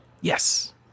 Yes